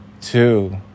two